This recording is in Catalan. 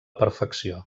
perfecció